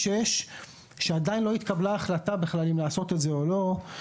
6 כשעדיין לא התקבל החלטה אם לעשות את זה או לא.